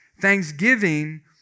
thanksgiving